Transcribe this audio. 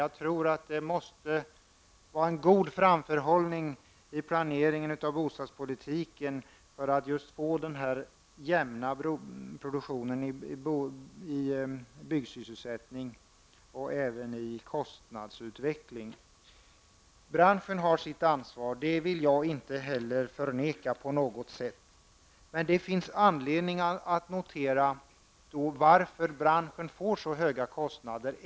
Jag tror att det måste vara en god framförhållning i planeringen av bostadspolitiken för att vi skall få jämn byggsysselsättning och kostnadsutveckling. Branschen har sitt ansvar, det vill jag inte förneka på något sätt. Men det finns anledning att notera varför branschen får så höga kostnader.